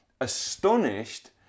astonished